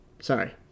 Sorry